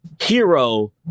hero